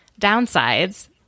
downsides